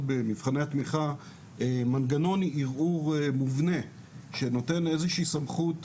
במבחני התמיכה מנגנון ערעור מובנה שנותן איזושהי סמכות